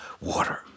water